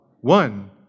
One